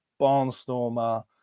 barnstormer